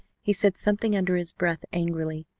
he said something under his breath angrily.